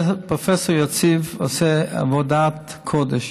פרופ' יציב עושה עבודת קודש.